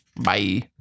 Bye